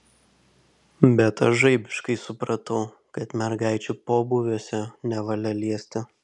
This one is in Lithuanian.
bet aš žaibiškai supratau kad mergaičių pobūviuose nevalia liesti